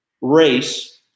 race